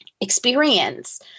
experience